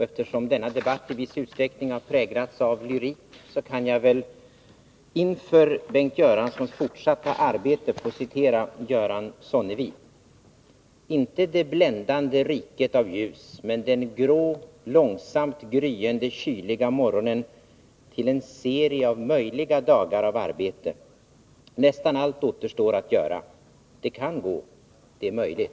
Eftersom denna debatt i viss utsträckning har präglats av lyrik kan jag kanske inför Bengt Göranssons fortsatta arbete få citera Göran Sonnevi: Inte det bländande men den grå, långsamt gryende kyliga morgonen av möjliga dagar av arbete Nästan allt återstår att göra Det kan gå. Det är möjligt.